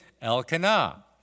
Elkanah